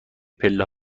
پله